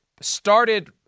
started